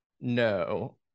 no